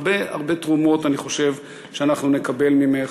הרבה הרבה תרומות אני חושב שאנחנו נקבל ממך,